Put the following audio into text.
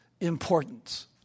importance